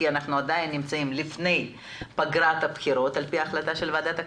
כי אנחנו עדיין נמצאים לפני פגרת הבחירות על פי החלטה של ועדת הכנסת,